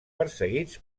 perseguits